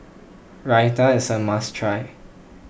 Raita is a must try